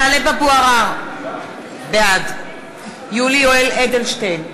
טלב אבו עראר, בעד יולי יואל אדלשטיין,